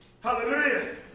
Hallelujah